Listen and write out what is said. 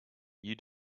you